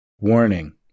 warning